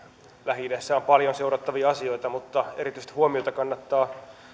lähi idässä on paljon seurattavia asioita mutta erityistä huomiota kannattaa